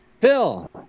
Phil